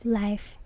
life